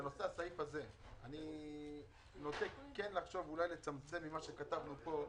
בנושא הסעיף הזה אני כן נוטה לחשוב שיש אולי לצמצם ממה שכתבנו פה,